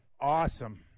awesome